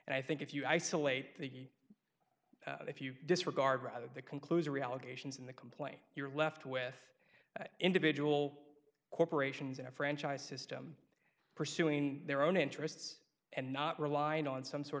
and i think if you isolate the if you disregard rather the conclusion reallocations in the complaint you're left with individual corporations and a franchise system pursuing their own interests and not relying on some sort